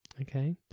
Okay